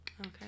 Okay